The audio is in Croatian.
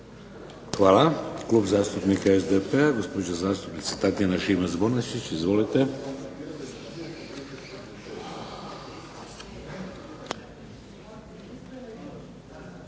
Hvala. Klub zastupnika SDP-a, gospođa zastupnica Tatjana Šimac-Bonačić. Izvolite.